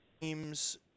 teams